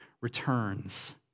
returns